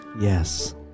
Yes